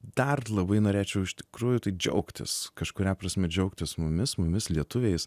dar labai norėčiau iš tikrųjų tai džiaugtis kažkuria prasme džiaugtis mumis mumis lietuviais